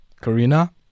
Karina